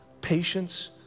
patience